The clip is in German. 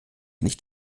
nicht